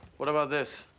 what about this?